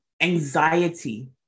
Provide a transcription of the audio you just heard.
anxiety